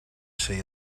say